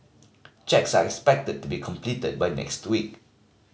checks are expected to be completed by next week